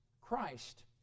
Christ